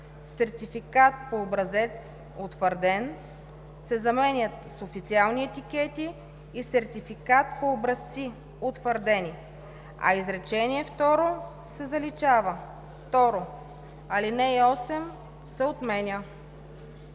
„сертификат по образец, утвърден“ се заменят с „официални етикети и сертификат по образци, утвърдени“, а изречение второ се заличава. 2. Алинея 8 се отменя.“